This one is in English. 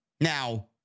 Now